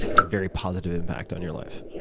a very positive impact on your life?